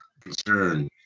concern